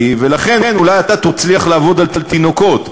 ולכן, אולי אתה תצליח לעבוד על תינוקות,